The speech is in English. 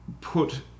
put